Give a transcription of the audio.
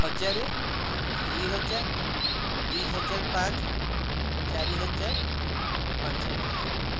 ହଜାର ଦୁଇ ହଜାର ଦୁଇ ହଜାର ପାଞ୍ଚ ଚାରି ହଜାର ପାଞ୍ଚ ହଜାର